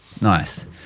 Nice